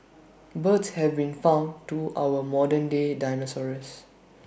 birds have been found to our modern day dinosaurs